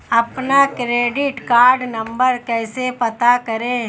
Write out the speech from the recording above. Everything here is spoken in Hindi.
अपना क्रेडिट कार्ड नंबर कैसे पता करें?